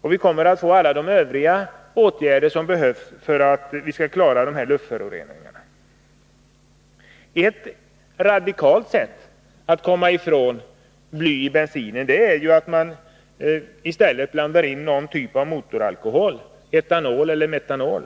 och alla övriga förslag till de åtgärder som behövs för att vi skall kunna klara av problemet med dessa luftföroreningar. Ett radikalt sätt att komma ifrån blyet i bensinen är att i stället blanda in någon typ av motoralkohol, etanol eller metanol.